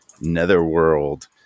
netherworld